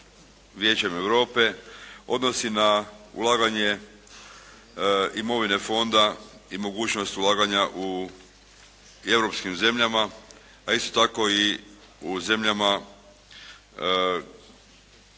Vijećem Europe odnosi na ulaganje imovine fonda i mogućnost ulaganja u europskim zemljama, a isto tako i u zemljama koje